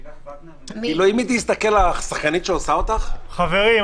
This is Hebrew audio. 13:58) חברים,